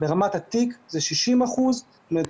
ברמת התיק זה 60%. זאת אומרת,